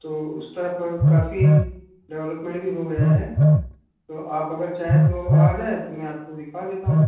तो उस तरफ़ काफ़ी डेवलपमेंट भी हो गया है तो आप अगर चाहें तो आ जाएं तो मैं आप को दिखा देता हूँ